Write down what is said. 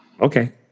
okay